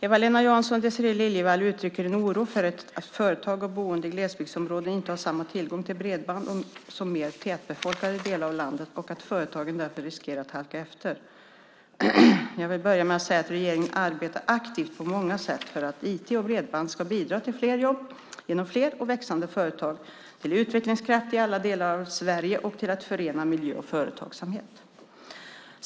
Eva-Lena Jansson och Désirée Liljevall uttrycker en oro för att företag och boende i glesbygdsområden inte har samma tillgång till bredband som mer tätbefolkade delar av landet och att företagen därför riskerar att halka efter. Jag vill börja med att säga att regeringen på många sätt arbetar aktivt för att IT och bredband ska bidra till fler jobb genom fler och växande företag, till utvecklingskraft i alla delar av Sverige och till att förena miljö och företagsamhet.